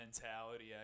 mentality